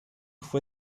fue